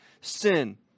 sin